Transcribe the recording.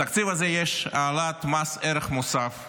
בתקציב הזה יש העלאת מס ערך מוסף ב-1%.